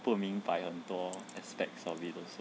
不明白很多 aspects of it also